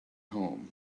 home